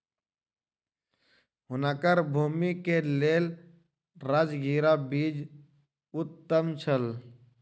हुनकर भूमि के लेल राजगिरा बीज उत्तम छल